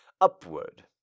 upward